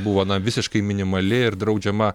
buvo na visiškai minimali ir draudžiama